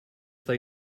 they